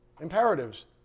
imperatives